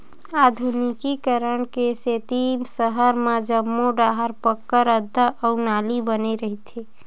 आधुनिकीकरन के सेती सहर म जम्मो डाहर पक्का रद्दा अउ नाली बने रहिथे